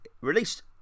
released